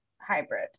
hybrid